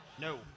No